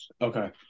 Okay